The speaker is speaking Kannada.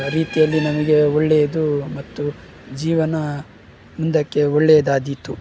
ರೀತಿಯಲ್ಲಿ ನಮಗೆ ಒಳ್ಳೆಯದು ಮತ್ತು ಜೀವನ ಮುಂದಕ್ಕೆ ಒಳ್ಳೆಯದಾದೀತು